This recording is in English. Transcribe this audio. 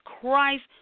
Christ